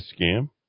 scam